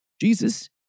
Jesus